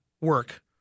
work